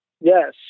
Yes